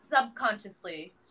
subconsciously